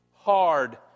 hard